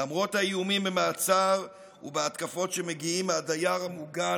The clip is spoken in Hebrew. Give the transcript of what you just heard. למרות האיומים במעצר ובהתקפות שמגיעים מהדייר המוגן